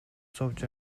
зовж